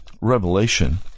Revelation